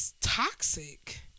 toxic